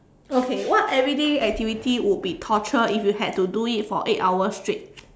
okay what everyday activity would be torture if you had to do it for eight hours straight